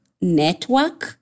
network